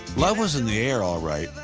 love was in the air, all right,